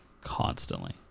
constantly